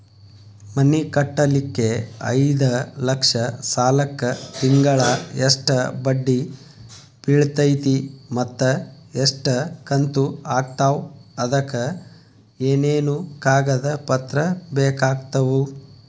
ಮನಿ ಕಟ್ಟಲಿಕ್ಕೆ ಐದ ಲಕ್ಷ ಸಾಲಕ್ಕ ತಿಂಗಳಾ ಎಷ್ಟ ಬಡ್ಡಿ ಬಿಳ್ತೈತಿ ಮತ್ತ ಎಷ್ಟ ಕಂತು ಆಗ್ತಾವ್ ಅದಕ ಏನೇನು ಕಾಗದ ಪತ್ರ ಬೇಕಾಗ್ತವು?